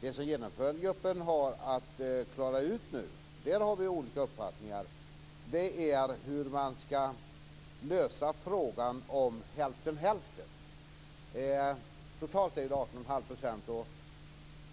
Det som Genomförandegruppen har att klara ut nu - där har vi olika uppfattningar - är hur man skall lösa frågan om "hälften-hälften". Totalt är det ju 18 1⁄2 % som gäller, och